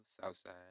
Southside